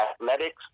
athletics